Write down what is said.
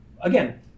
again